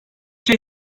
şey